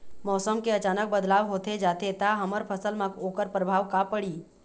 मौसम के अचानक बदलाव होथे जाथे ता हमर फसल मा ओकर परभाव का पढ़ी?